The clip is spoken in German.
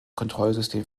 kontrollsystem